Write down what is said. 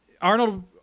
Arnold